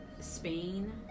Spain